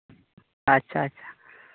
ᱟᱪᱪᱷᱟ ᱟᱪᱪᱷᱟ